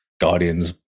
Guardians